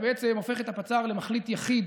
ובעצם הופך את הפצ"ר למחליט יחיד